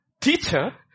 teacher